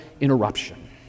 interruption